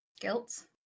guilt